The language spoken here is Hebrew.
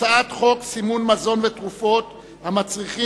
הצעת חוק סימון מזון ותרופות המצריכים